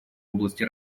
области